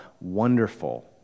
wonderful